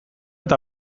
eta